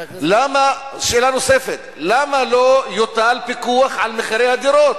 שאלה נוספת: למה לא יוטל פיקוח על מחירי הדירות?